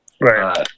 Right